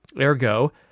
Ergo